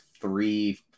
three